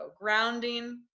grounding